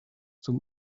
zum